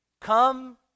Come